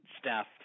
staff